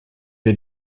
wir